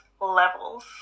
levels